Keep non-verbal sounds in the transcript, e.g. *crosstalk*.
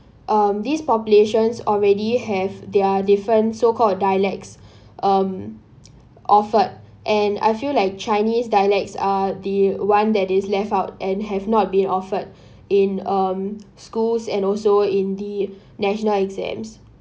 um these populations already have their different so called dialects um *noise* offered and I feel like chinese dialects are the one that is left out and have not been offered in um schools and also in the national exams